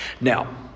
Now